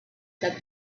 said